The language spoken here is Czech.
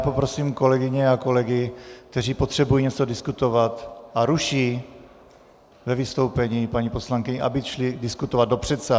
Poprosím kolegyně a kolegy, kteří potřebují něco diskutovat a ruší ve vystoupení paní poslankyni, aby šli diskutovat do předsálí.